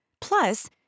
Plus